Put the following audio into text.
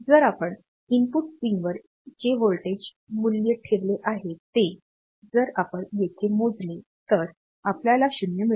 जर आपण इनपुट पिनवर जे व्होल्टेज मूल्य ठेवले आहे ते जर आपण येथे मोजले तर आपल्याला 0 मिळेल